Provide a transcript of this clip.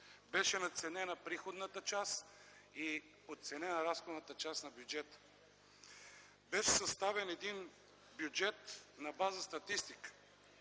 Беше надценена приходната част и подценена разходната част на бюджета. Беше съставен един бюджет на база статистика